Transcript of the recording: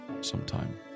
Sometime